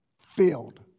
filled